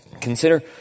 Consider